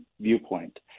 viewpoint